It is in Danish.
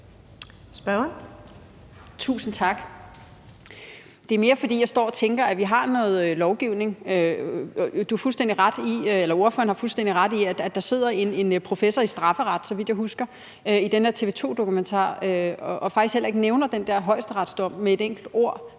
Tusind tak. Det er mere, fordi jeg står og tænker på det om lovgivningen. Ordføreren har fuldstændig ret i, at der sidder en professor i strafferet, så vidt jeg husker, i den her TV 2-dokumentar, som faktisk heller ikke nævner den der højesteretsdom med et enkelt ord,